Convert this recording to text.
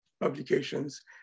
publications